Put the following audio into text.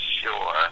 sure